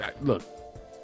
look